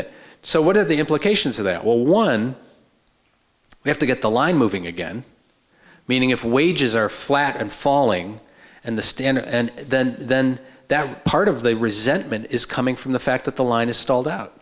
it so what are the implications of that well one we have to get the line moving again meaning if wages are flat and falling and the standard and then then that part of the resentment is coming from the fact that the line is stalled out